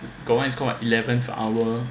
got [one] is called an eleventh hour